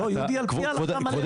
כבוד